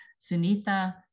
Sunitha